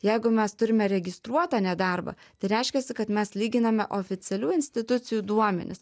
jeigu mes turime registruotą nedarbą tai reiškiasi kad mes lyginame oficialių institucijų duomenis